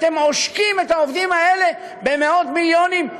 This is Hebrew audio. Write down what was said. אתם עושקים את העובדים האלה במאות מיליונים,